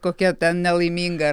kokia ta nelaiminga